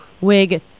wig